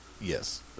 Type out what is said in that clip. Yes